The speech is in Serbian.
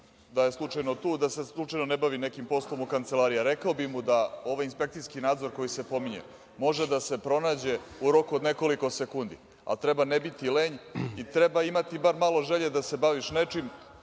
da se slučajno ne bavi nekim poslom u kancelariji. Rekao bi mu da inspekcijski nadzor koji se pominje može da se pronađe u roku od nekoliko sekundi, ali treba ne biti lenj i treba imati bar malo želje da se baviš nečim,